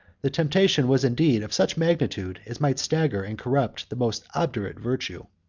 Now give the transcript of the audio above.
the temptation was indeed of such magnitude as might stagger and corrupt the most obdurate virtue.